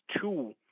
two